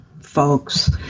folks